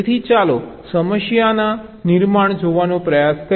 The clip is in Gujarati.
તેથી ચાલો સમસ્યાનું નિર્માણ જોવાનો પ્રયાસ કરીએ